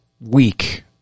week